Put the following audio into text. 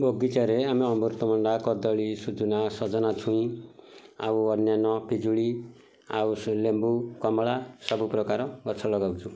ବଗିଚାରେ ଆମେ ଅମୃତଭଣ୍ଡା କଦଳୀ ସଜନା ସଜନା ଛୁଇଁ ଆଉ ଅନ୍ୟାନ୍ୟ ପିଜୁଳି ଆଉ ସେ ଲେମ୍ବୁ କମଳା ସବୁ ପ୍ରକାର ଗଛ ଲଗାଉଛୁ